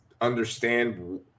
understand